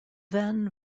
then